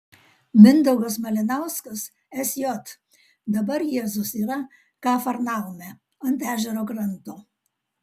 mindaugas malinauskas sj dabar jėzus yra kafarnaume ant ežero kranto